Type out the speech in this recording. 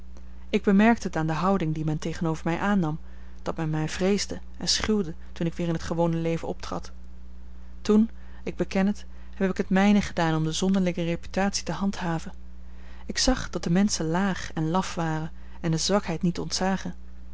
ik bemerkte het aan de houding die men tegenover mij aannam dat men mij vreesde en schuwde toen ik weer in het gewone leven optrad toen ik beken het heb ik het mijne gedaan om de zonderlinge reputatie te handhaven ik zag dat de menschen laag en laf waren en de zwakheid niet ontzagen